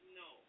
no